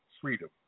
Freedom